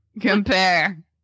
compare